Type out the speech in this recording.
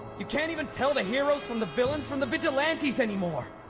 you can't even tell the heroes from the villains from the vigilantes anymore!